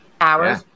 hours